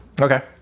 Okay